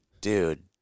dude